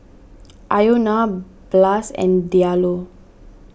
are you Ilona Blas and Diallo